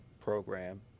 program